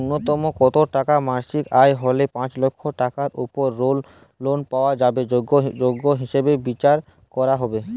ন্যুনতম কত টাকা মাসিক আয় হলে পাঁচ লক্ষ টাকার উপর লোন পাওয়ার যোগ্য হিসেবে বিচার করা হবে?